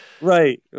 right